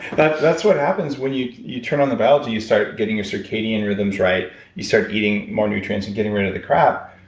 that's that's what happens when you you turn on the biology, you start getting your circadian rhythms right you start eating more nutrients and getting rid of the crap,